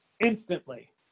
instantly